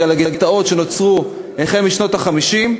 בגלל הגטאות שנוצרו החל משנות ה-50.